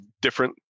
different